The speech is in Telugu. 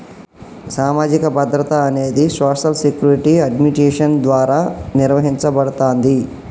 సామాజిక భద్రత అనేది సోషల్ సెక్యూరిటీ అడ్మినిస్ట్రేషన్ ద్వారా నిర్వహించబడతాంది